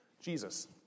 Jesus